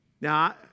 Now